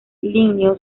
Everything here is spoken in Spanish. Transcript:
linneo